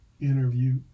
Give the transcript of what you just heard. interview